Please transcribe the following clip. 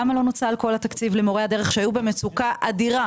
למה לא נוצל כל התקציב למורי הדרך שהיו במצוקה אדירה?